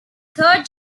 third